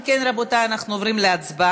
אם כן, רבותי, אנחנו עוברים להצבעה.